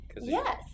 Yes